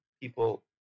people